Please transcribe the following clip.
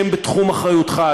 שהם בתחום אחריותך,